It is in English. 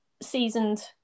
seasoned